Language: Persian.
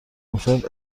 امشب